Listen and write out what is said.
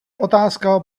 otázka